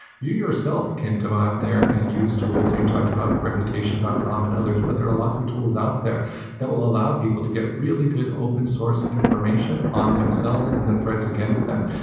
you yourself can go out there and use tools. and you talked about reputation dot com and others, but there are lots of tools out there that will allow people to get really good open source information on themselves and the threats against them.